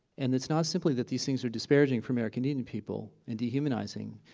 and it's not simply that these things are disparaging for american indian people and dehumanizing,